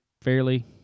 fairly